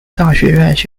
大学